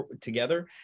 together